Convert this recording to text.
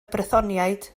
brythoniaid